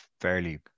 fairly